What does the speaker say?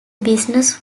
business